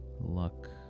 luck